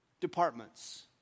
departments